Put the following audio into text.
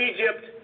Egypt